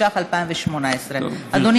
התשע"ח 2018. אדוני,